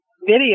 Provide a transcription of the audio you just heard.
video